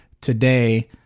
today